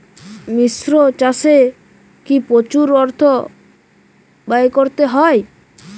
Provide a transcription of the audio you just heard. মিশ্র চাষে কি প্রচুর অর্থ ব্যয় করতে হয়?